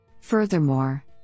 Furthermore